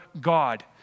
God